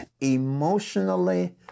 emotionally